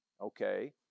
okay